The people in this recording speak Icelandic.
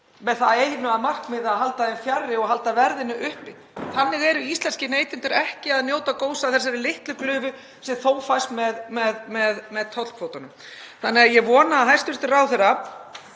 með það eitt að markmiði að halda þeim fjarri og halda verðinu uppi. Þannig eru íslenskir neytendur ekki að njóta góðs af þessari litlu glufu sem þó fæst með tollkvótunum. Ég vona að hæstv. ráðherra